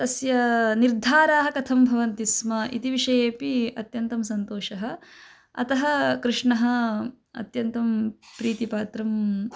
तस्य निर्धाराः कथं भवन्ति स्म इति विषयेपि अत्यन्तं सन्तोषः अतः कृष्णः अत्यन्तं प्रीतिपात्रम्